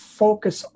focus